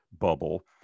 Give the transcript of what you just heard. bubble